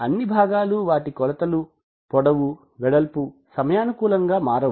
అన్నీ భాగాలు వాటి కొలతలు పొడవు వెడల్పు సమయానుకూలంగా మారవు